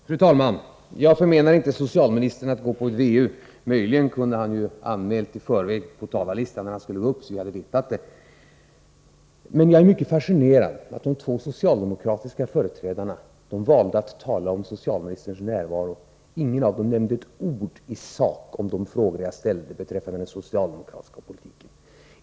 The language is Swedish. Fru talman! Jag förmenar inte socialministern att gå på ett VU-sammanträde. Möjligen kunde han ha anmält i förväg när han tänkte tala, så att vi hade vetat det. Men jag är mycket fascinerad av att de två socialdemokratiska företrädarna valde att tala om socialministerns närvaro. Ingen av dem nämnde ett ord i sak om de frågor jag ställde beträffande den socialdemokratiska politiken.